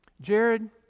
Jared